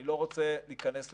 אני לא רוצה להיכנס לפירוט,